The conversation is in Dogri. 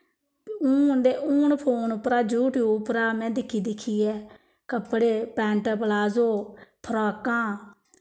हून ते हून फोन उप्परा यू टयूव उप्परा में दिक्खी दिक्खियै कपड़े पैंट पलाज़ो फराकां